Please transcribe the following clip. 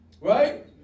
Right